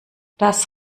das